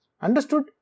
Understood